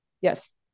Yes